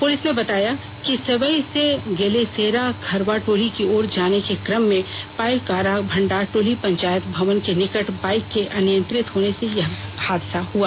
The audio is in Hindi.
पुलिस ने बताया कि सेवई से गलेसेरा खरवाटोली की ओर जाने के क्रम में पाइकपारा भंडारटोली पंचायत भवन के निकट बाईक के अनियंत्रित होने से यह हादसा हई